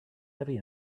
heavy